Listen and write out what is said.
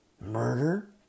Murder